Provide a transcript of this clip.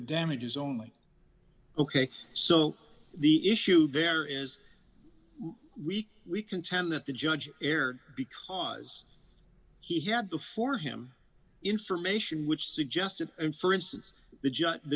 damages only ok so the issue there is weak we contend that the judge erred because he had before him information which suggested and for instance the judge the